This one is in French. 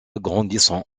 grandissant